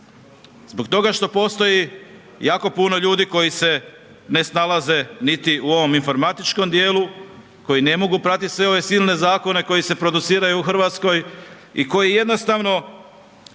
zbog toga što postoji jako puno ljudi koji se ne snalaze niti u ovom informatičkom dijelu koji ne mogu pratiti sve ove silne zakone koji se produciraju u RH i koji jednostavno